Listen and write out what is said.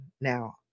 Now